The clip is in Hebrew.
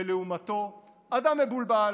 ולעומתו אדם מבולבל,